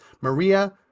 Maria